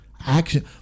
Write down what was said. action